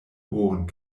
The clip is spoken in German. ohren